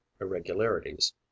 irregularities